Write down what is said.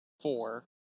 four